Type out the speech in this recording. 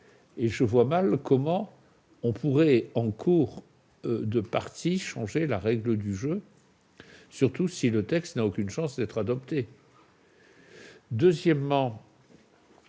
et je vois mal comment on pourrait, en cours de partie, changer la règle du jeu. De toute façon, le texte n'a aucune chance d'être définitivement